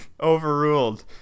Overruled